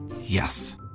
Yes